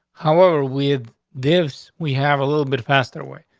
however, with this, we have a little bit faster way.